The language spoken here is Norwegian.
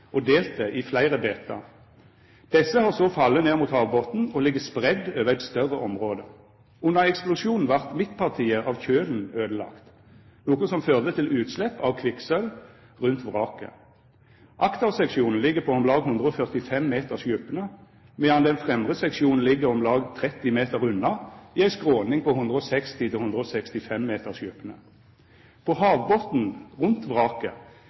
og delt det i fleire bitar. Desse har så falle ned mot havbotnen og ligg spreidde over eit større område. Under eksplosjonen vart midtpartiet av kjølen øydelagt, noko som førde til utslepp av kvikksølv rundt vraket. Akterseksjonen ligg på om lag 145 meters djupne, medan den fremre seksjonen ligg om lag 30 meter unna, i ei skråning på 160–165 meters djupne. På havbotnen rundt vraket